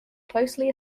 closely